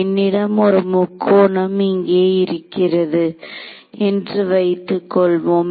என்னிடம் ஒரு முக்கோணம் இங்கே இருக்கிறது என்று வைத்துக்கொள்வோம்